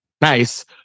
Nice